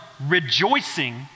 rejoicing